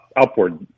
upward